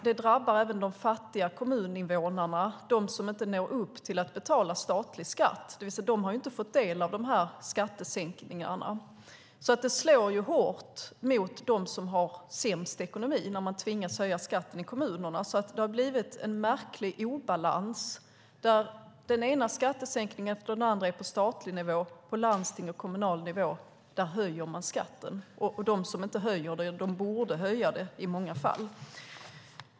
Det drabbar även de fattiga kommuninvånarna, som inte når upp till att betala statlig skatt, det vill säga de har inte fått del av de här skattesänkningarna. Det slår hårt mot dem som har sämst ekonomi när man tvingas höja skatten i kommunerna. Det har blivit en märklig obalans där den ena skattesänkningen efter den andra är på statlig nivå. På landstingsnivå och kommunal nivå höjer man skatten, och de som inte höjer den borde i många fall höja den.